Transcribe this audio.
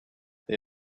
they